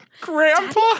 Grandpa